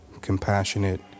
compassionate